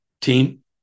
team